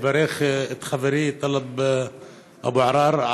לברך את חברי טלב אבו עראר,